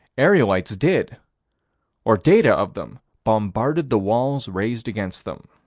aerolites did or data of them bombarded the walls raised against them